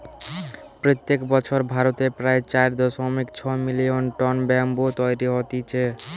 প্রত্যেক বছর ভারতে প্রায় চার দশমিক ছয় মিলিয়ন টন ব্যাম্বু তৈরী হতিছে